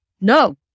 no